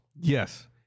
Yes